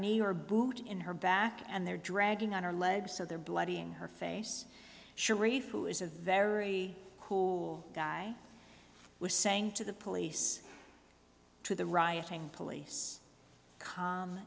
your boot in her back and they're dragging on her leg so they're bloody in her face sharif who is a very cool guy was saying to the police to the rioting police calm